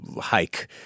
hike